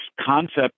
concept